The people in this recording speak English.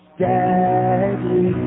deadly